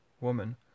Woman